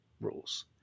rules